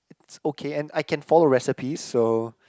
it's okay and I can follow recipe so